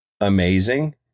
amazing